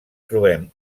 trobem